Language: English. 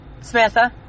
Samantha